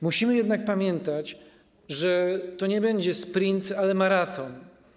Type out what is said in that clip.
Musimy jednak pamiętać, że to nie będzie sprint, ale maraton.